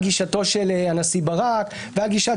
היא הערובה המתאימה להגן על החוקה ועל זכויות אדם מפגיעת